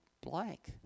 blank